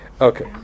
Okay